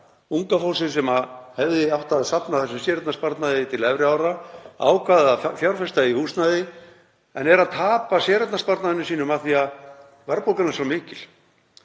unga fólksins sem hefði átt að safna þessum séreignarsparnaði til efri ára, ákvað að fjárfesta í húsnæði en er að tapa séreignarsparnaðinum sínum af því að verðbólgan er svo mikil.